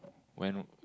when